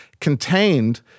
contained